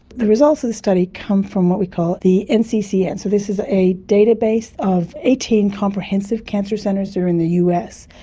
the results of the study come from what we call the nccn, so this is a database of eighteen comprehensive cancer centres here in the us.